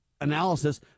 analysis